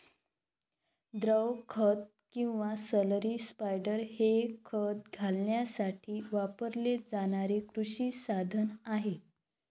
द्रव खत किंवा स्लरी स्पायडर हे खत घालण्यासाठी वापरले जाणारे कृषी साधन आहे